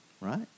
Right